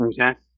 Okay